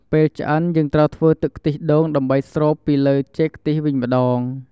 ពេលឆ្អិន យើងត្រូវធ្វើទឺកខ្ទិះដូងដើម្បីស្រូបពីលើចេកខ្ទះវិញម្តង។